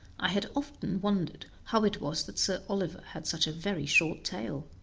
i had often wondered how it was that sir oliver had such a very short tail